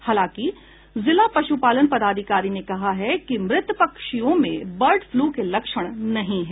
हालांकि जिला पशुलपान पदाधिकारी ने कहा है कि मृत पक्षियों में बर्ड फ्लू के लक्ष्ण नहीं हैं